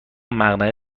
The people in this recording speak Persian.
مقنعه